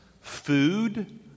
food